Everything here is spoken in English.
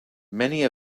many